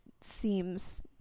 seems